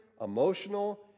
emotional